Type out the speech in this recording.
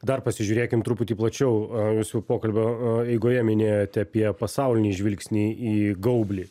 dar pasižiūrėkim truputį plačiau jūs jau pokalbio eigoje minėjote apie pasaulinį žvilgsnį į gaublį